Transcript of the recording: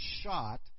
shot